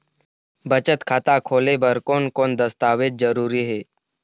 बचत खाता खोले बर कोन कोन दस्तावेज जरूरी हे?